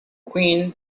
queen